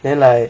then like